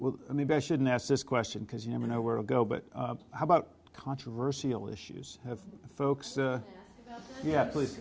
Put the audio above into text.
well maybe i shouldn't ask this question because you never know where to go but how about controversial issues have folks yet please